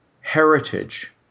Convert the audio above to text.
heritage